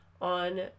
on